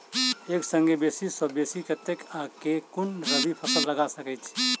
एक संगे बेसी सऽ बेसी कतेक आ केँ कुन रबी फसल लगा सकै छियैक?